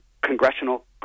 Congressional